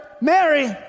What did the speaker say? Mary